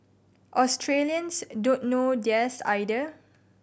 Australians don't know theirs either